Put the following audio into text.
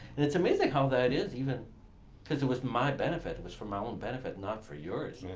and it's amazing how that is even cause it was my benefit, it was for my own benefit, not for yours.